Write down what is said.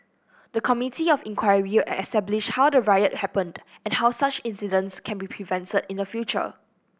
the Committee of Inquiry establish how the riot happened and how such incidents can be prevented in future